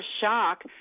shock